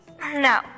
No